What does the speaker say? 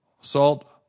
Salt